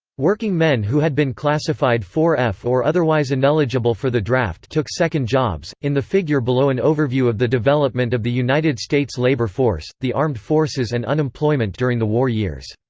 working men who had been classified four f or otherwise ineligible for the draft took second jobs in the figure below an overview of the development of the united states labor force, the armed forces and unemployment during the war years.